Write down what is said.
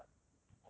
okay lah but